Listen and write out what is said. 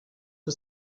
que